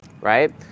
right